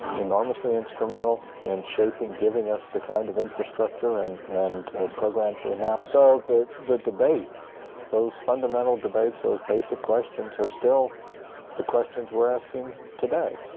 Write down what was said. enormously instrumental in shaping giving us the kind of infrastructure and and programs we have so the the debate those fundamental debates those basic questions are still the questions we're asking today,